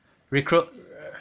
recruit